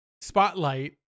spotlight